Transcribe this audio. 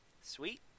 Sweet